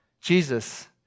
Jesus